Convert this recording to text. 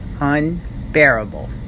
unbearable